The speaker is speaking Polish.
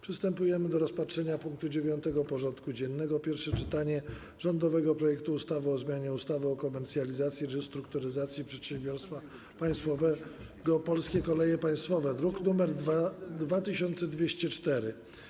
Przystępujemy do rozpatrzenia punktu 9. porządku dziennego: Pierwsze czytanie rządowego projektu ustawy o zmianie ustawy o komercjalizacji i restrukturyzacji przedsiębiorstwa państwowego ˝Polskie Koleje Państwowe˝ (druk nr 2204)